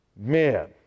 Man